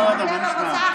אם רצית להשפיע,